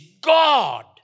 God